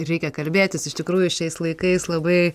reikia kalbėtis iš tikrųjų šiais laikais labai